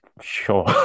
Sure